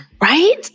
Right